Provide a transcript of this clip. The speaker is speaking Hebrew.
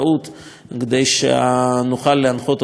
כדי שנוכל להנחות אותם בהתאם,